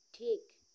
ᱴᱷᱤᱠ